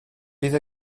bydd